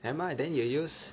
nevermind then you use